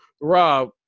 Rob